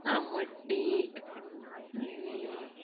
आमट टीक आनी